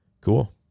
cool